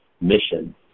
mission –